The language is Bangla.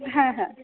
হ্যাঁ হ্যাঁ